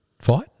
fight